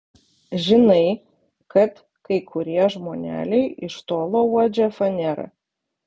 žinai kad kai kurie žmoneliai iš tolo uodžia fanerą